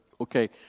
Okay